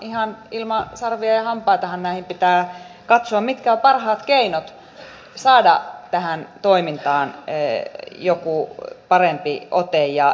ihan ilman sarvia ja hampaitahan näitä pitää katsoa mitkä ovat parhaat keinot saada tähän toimintaan joku parempi ote